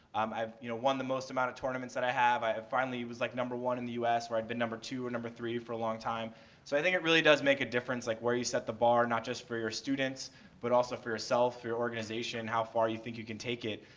i you know won the most amount of tournaments that i have, i finally was like number one in the u s, where i had been like number two or number three for a long time. so i think it really does make a difference, like, where you set the bar and not just for your students but also for yourself, your organization, and how far you think you can take it.